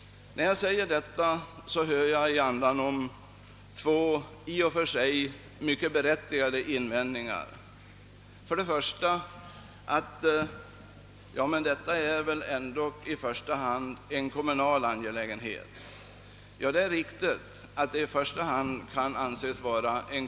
När jag säger detta hör jag i andanom två i och för sig mycket berättigade invändningar. Den första invändningen är att detta framför allt är en kommunal angelägenhet. Det är riktigt.